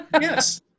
Yes